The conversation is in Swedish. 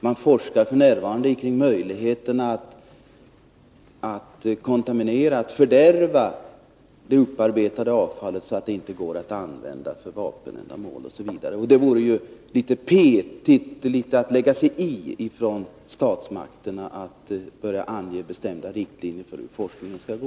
Man forskar f. n. om möjligheterna att kontaminera, att fördärva, det upparbetade avfallet så att det inte går att använda för vapenändamål osv. Det vore litet petigt att lägga sig i, att från statsmakterna börja ange bestämda riktlinjer för hur forskningen skall gå.